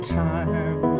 time